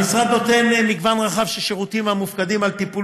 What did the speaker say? המשרד נותן מגוון רחב של שירותים לטיפול